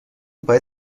باید